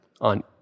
on